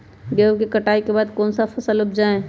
गेंहू के कटाई के बाद कौन सा फसल उप जाए?